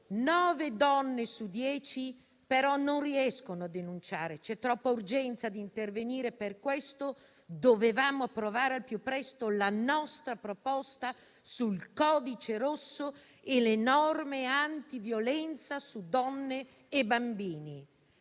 donne su dieci, però, non riescono a denunciare. C'è troppa urgenza di intervenire, per questo dovevamo approvare al più presto la nostra proposta sul codice rosso e le norme antiviolenza su donne e bambini»;